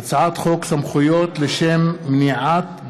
הודעה לסגן מזכירת הכנסת.